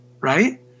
right